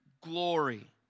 glory